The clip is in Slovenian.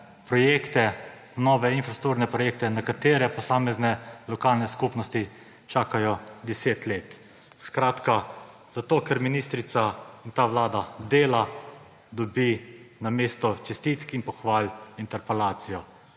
projekte, nove infrastrukturne projekte, na katere posamezne lokalne skupnosti čakajo 10 let. Skratka, zato ker ministrica in ta vlada delata, dobi ministrica namesto čestitk in pohval interpelacijo.